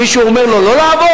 מישהו אומר לו לא לעבור?